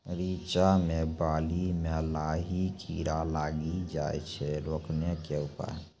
रिचा मे बाली मैं लाही कीड़ा लागी जाए छै रोकने के उपाय?